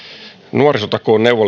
nuorisotakuun